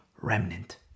remnant